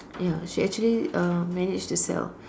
ya she actually uh managed to sell